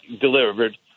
delivered